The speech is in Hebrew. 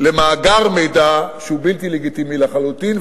למאגר מידע, שהוא בלתי לגיטימי לחלוטין.